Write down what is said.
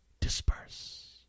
disperse